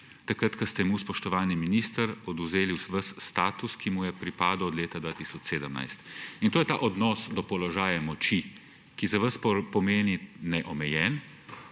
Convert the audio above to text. takrat, ko ste mu, spoštovani minister, odvzeli ves status, ki mu je pripadal od leta 2017. In to je ta odnos do položaja in moči, ki za vas pomeni neomejen,